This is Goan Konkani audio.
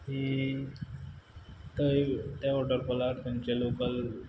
ही थंय त्या वॉटरफॉलार थंयचे लोकल